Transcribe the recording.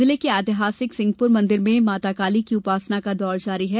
जिले के एतिहासिक सिंगपुर मंदिर में माता काली की पूजा उपासना का दौर जारी है